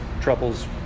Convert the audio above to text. troubles